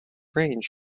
range